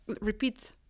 repeat